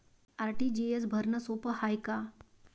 RTGS भरनं सोप हाय का?